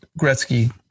Gretzky